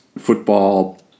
Football